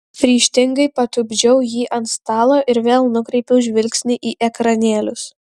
ryžtingai patupdžiau jį ant stalo ir vėl nukreipiau žvilgsnį į ekranėlius